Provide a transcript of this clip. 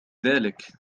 ذلك